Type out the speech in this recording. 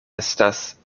estas